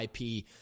IP